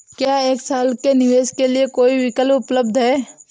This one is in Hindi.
क्या एक साल के निवेश के लिए कोई विकल्प उपलब्ध है?